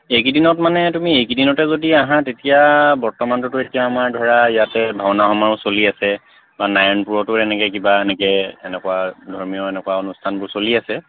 এইকেইদিনত মানে তুমি এইকেইদিনতে যদি আহা তেতিয়া বৰ্তমানটোতো এতিয়া আমাৰ ধৰা ইয়াতে ভাওনা সমাৰোহ চলি আছে বা নায়ণপুৰতো এনেকৈ কিবা এনেকৈ এনেকুৱা ধৰ্মীয় এনেকুৱা অনুষ্ঠানবোৰ চলি আছে